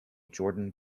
jordan